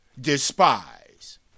despise